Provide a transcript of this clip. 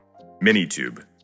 Minitube